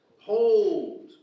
hold